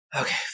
Okay